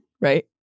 right